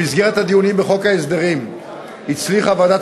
במסגרת הדיונים בחוק ההסדרים הצליחה ועדת